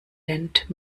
lendt